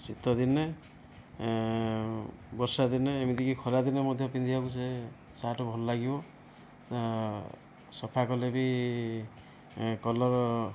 ଶୀତଦିନେ ବର୍ଷାଦିନେ ଏମିତିକି ଖରାଦିନେ ମଧ୍ୟ ପିନ୍ଧିବାକୁ ସେ ସାର୍ଟ ଭଲ ଲାଗିବ ସଫା କଲେବି କଲର